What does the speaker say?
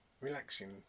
Relaxing